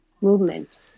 movement